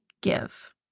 give